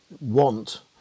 want